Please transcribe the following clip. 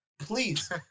please